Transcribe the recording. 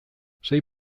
sei